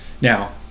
Now